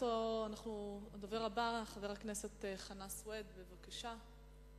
הצעתו של חבר הכנסת הבא, חנא סוייד, בבקשה.